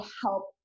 help